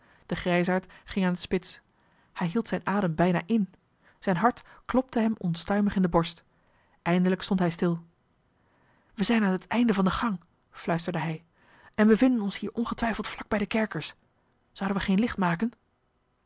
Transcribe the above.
de grijsaard ging aan de spits hij hield zijn adem bijna in zijn hart klopte hem onstuimig in de borst eindelijk stond hij stil we zijn aan het einde van de gang fluisterde hij en bevinden ons hier ongetwijfeld vlak bij de kerkers zouden we geen licht maken